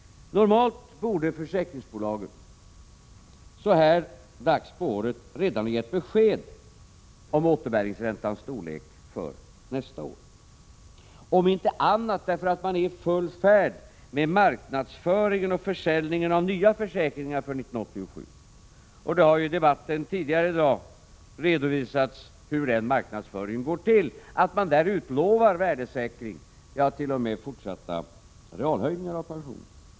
Normalt borde försäkringsbolagen så här dags på året redan ha givit besked om återbäringsräntans storlek för nästa år, om inte annat så för att man är i full fård med marknadsföringen och försäljningen av nya försäkringar för 1987. Det har i debatten tidigare i dag redovisats att man i den marknadsföringen utlovar värdesäkring, ja, t.o.m. fortsatta realhöjningar av pensionen.